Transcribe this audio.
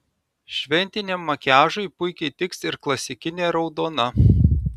šventiniam makiažui puikiai tiks ir klasikinė raudona